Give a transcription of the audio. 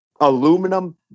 Aluminum